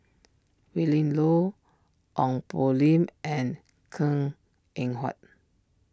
Willin Low Ong Poh Lim and Png Eng Huat